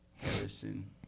Harrison